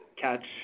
catch